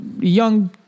Young